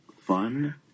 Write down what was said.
fun